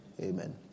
Amen